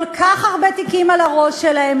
כל כך הרבה תיקים על הראש שלהן,